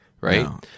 right